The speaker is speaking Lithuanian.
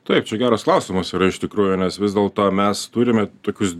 taip čia geras klausimas yra iš tikrųjų nes vis dėl to mes turime tokius